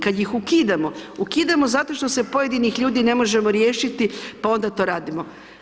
Kad ih ukidamo, ukidamo zato što se pojedinih ljudi ne možemo riješiti pa onda to radimo.